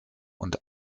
und